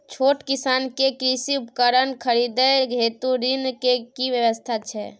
छोट किसान के कृषि उपकरण खरीदय हेतु ऋण के की व्यवस्था छै?